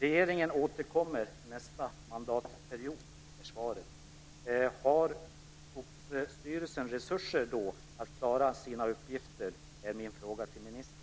Regeringen återkommer med svaret nästa mandatperiod. Har Skogsstyrelsen resurser att klara sina uppgifter då? är min fråga till ministern.